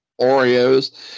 Oreos